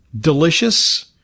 delicious